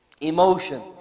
emotion